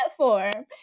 platform